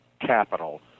capital